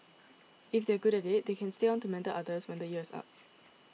if they are good at it they can stay on to mentor others when the year is up